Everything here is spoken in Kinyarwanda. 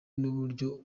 n’uburyo